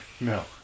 No